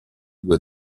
due